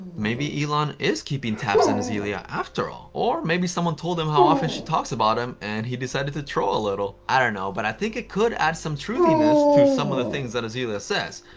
maybe elon is keeping tabs on azealia after all or maybe someone told him how often she talks about him and he decided to troll little. i don't know, but i think it could add some truthiness to some of the things that azealia says.